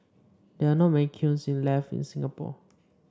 there are not many kilns left in Singapore